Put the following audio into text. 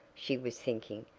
she was thinking,